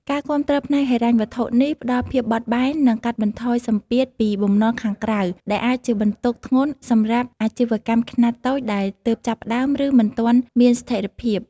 ការគាំទ្រផ្នែកហិរញ្ញវត្ថុនេះផ្តល់ភាពបត់បែន និងកាត់បន្ថយសម្ពាធពីបំណុលខាងក្រៅ ដែលអាចជាបន្ទុកធ្ងន់សម្រាប់អាជីវកម្មខ្នាតតូចដែលទើបចាប់ផ្តើម ឬមិនទាន់មានស្ថិរភាព។